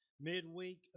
midweek